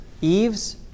Eve's